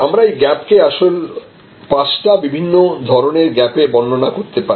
আমরা এই গ্যাপকে আসলে পাঁচটা বিভিন্ন ধরনের গ্যাপ এ বর্ণনা করতে পারি